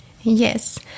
Yes